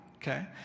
Okay